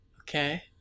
Okay